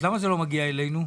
למה זה לא מגיע אלינו?